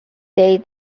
day